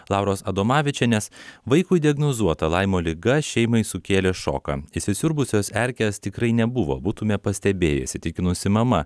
lauros adomavičienės vaikui diagnozuota laimo liga šeimai sukėlė šoką įsisiurbusios erkės tikrai nebuvo būtume pastebėję įsitikinusi mama